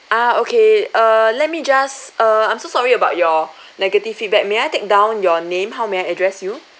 ah okay err let me just err I'm so sorry about your negative feedback may I take down your name how may I address you